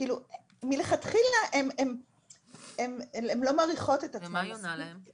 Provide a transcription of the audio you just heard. כאילו מלכתחילה הן לא מעריכות את עצמן על מנת